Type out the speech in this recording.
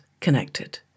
connected